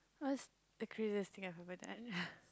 what's the craziest thing I've ever done